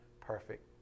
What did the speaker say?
perfect